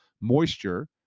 moisture